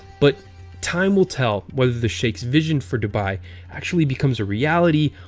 but time will tell whether the shaikh's vision for dubai actually becomes a reality,